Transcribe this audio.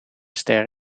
ster